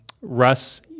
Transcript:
Russ